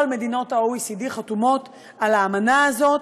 כל מדינות ה-OECD חתומות על האמנה הזאת.